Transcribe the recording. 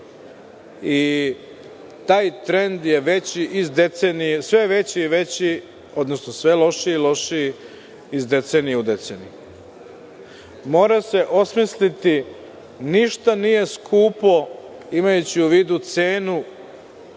Taj trend je sve veći i veći, odnosno sve lošiji i lošiji iz decenije u deceniju. Mora se osmisliti. Ništa nije skupo imajući u vidu cenu